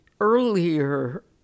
earlier